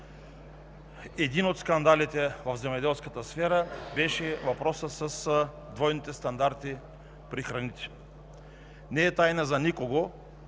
Един от скандалите в земеделската сфера беше въпросът с двойните стандарти при храните. Не е тайна за никого,